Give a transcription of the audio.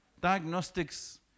diagnostics